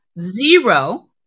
zero